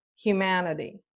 humanity